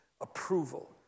approval